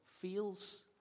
feels